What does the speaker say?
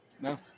No